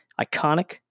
Iconic